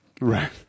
Right